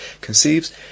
conceives